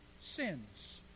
Sins